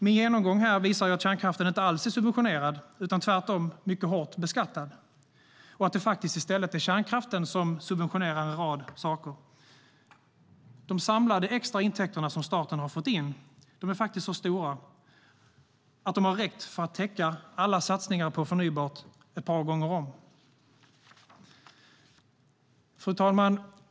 Min genomgång här visar att kärnkraften inte alls är subventionerad utan tvärtom mycket hårt beskattad och att det i stället är kärnkraften som subventionerar en rad saker. De samlade extra intäkter som staten har fått in är så stora att de har räckt för att täcka alla satsningar på förnybart ett par gånger om. Fru talman!